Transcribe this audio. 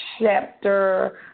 chapter